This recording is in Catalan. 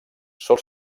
sol